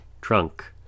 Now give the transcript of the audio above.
Trunk